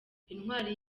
intwari